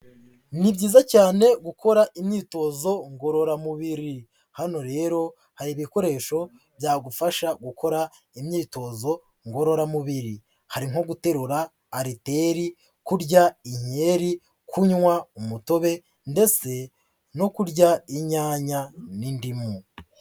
Ni byiza cyane gukora imyitozo ngororamubiri, hano rero hari ibikoresho byagufasha gukora imyitozo ngororamubiri, hari nko guterura aliteri, kurya inkeri, kunywa umutobe ndetse no kurya inyanya n'indimu.